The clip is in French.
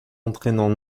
entraînant